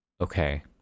Okay